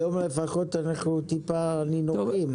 היום לפחות אנחנו טיפה נינוחים.